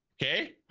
okay,